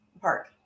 park